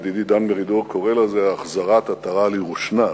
ידידי דן מרידור קורא לזה "החזרת עטרה לירושנה",